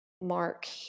mark